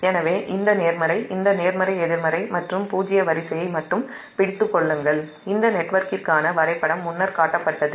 எனவே இந்த நேர்மறை எதிர்மறை மற்றும் பூஜ்ஜிய வரிசையை மட்டும் பிடித்துக் கொள்ளுங்கள் இந்த நெட்வொர்க்கிற்கான வரைபடம் முன்னர் காட்டப்பட்டது